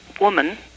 woman